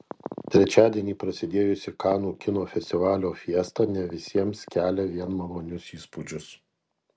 trečiadienį prasidėjusi kanų kino festivalio fiesta ne visiems kelia vien malonius įspūdžius